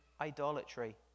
idolatry